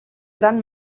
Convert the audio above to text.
gran